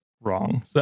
wrong